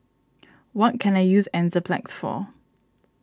what can I use Enzyplex for